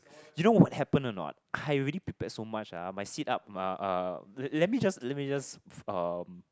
you know what happened or not I already prepared so much ah my sit up uh uh let me just let me just um